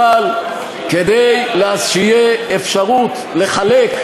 אבל כדי שתהיה אפשרות לחלק,